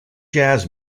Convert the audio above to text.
jazz